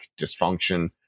dysfunction